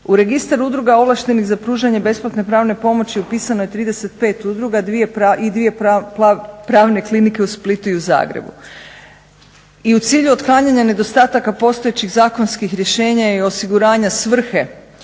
U registar udruga ovlaštenih za pružanje besplatne pravne pomoći upisano je 35 udruga i dvije pravne klinike u Splitu i u Zagrebu. I u cilju otklanjanja nedostataka postojećih zakonskih rješenja i osiguranja svrhe